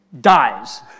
dies